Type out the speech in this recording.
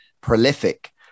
prolific